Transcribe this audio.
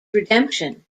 redemption